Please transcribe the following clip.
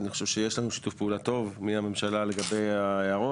אני חושב שיש לנו שיתוף פעולה טוב מהממשלה לגבי ההערות,